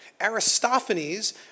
Aristophanes